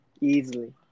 Easily